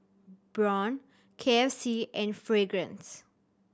Braun K F C and Fragrance